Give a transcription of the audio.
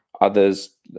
others